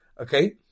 Okay